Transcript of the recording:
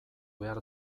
behar